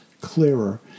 clearer